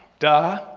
da,